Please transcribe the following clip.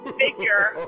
figure